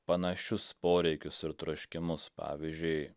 panašius poreikius ir troškimus pavyzdžiui